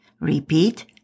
Repeat